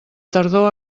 tardor